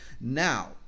Now